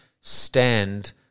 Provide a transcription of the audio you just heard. stand